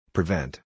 Prevent